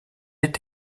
est